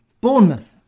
Bournemouth